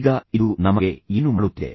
ಈಗ ಇದು ನಮಗೆ ಏನು ಮಾಡುತ್ತಿದೆ